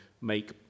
make